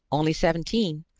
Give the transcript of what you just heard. only seventeen?